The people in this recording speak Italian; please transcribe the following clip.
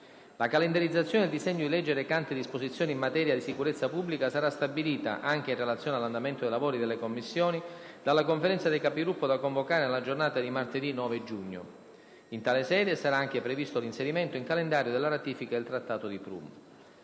La calendarizzazione del disegno di legge recante disposizioni in materia dì sicurezza pubblica sarà stabilita, anche in relazione all'andamento dei lavori delle Commissioni, dalla Conferenza dei Capigruppo da convocare nella giornata di martedì 9 giugno. In tale sede sarà anche previsto l'inserimento in calendario della ratifica del Trattato di Prum.